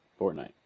Fortnite